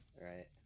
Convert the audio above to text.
Right